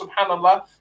subhanAllah